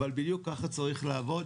אבל בדיוק כך צריך לעבוד,